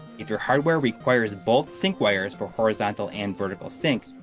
if your hardware requires both sync wires for horizontal and vertical sync,